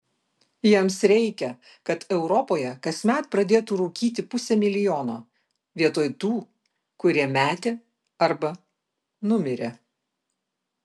jiems reikia kad europoje kasmet pradėtų rūkyti pusė milijono vietoj tų kurie metė arba numirė